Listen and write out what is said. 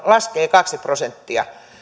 laskee kaksi prosenttia